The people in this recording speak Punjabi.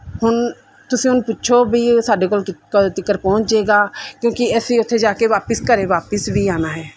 ਹੁਣ ਤੁਸੀਂ ਉਹਨੂੰ ਪੁੱਛੋ ਵੀ ਸਾਡੇ ਕੋਲ ਕ ਕਦੋਂ ਤੀਕਰ ਪਹੁੰਚੇਗਾ ਕਿਉਂਕਿ ਅਸੀਂ ਉੱਥੇ ਜਾ ਕੇ ਵਾਪਸ ਘਰੇ ਵਾਪਸ ਵੀ ਆਉਣਾ ਹੈ